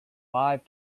five